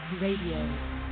Radio